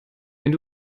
wenn